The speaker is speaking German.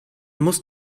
muss